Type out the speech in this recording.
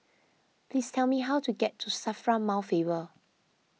please tell me how to get to Safra Mount Faber